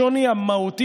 השוני המהותי,